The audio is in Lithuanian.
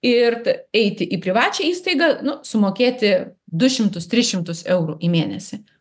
ir eiti į privačią įstaigą nu sumokėti du šimtus tris šimtus eurų į mėnesį